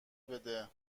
بده